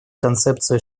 концепцию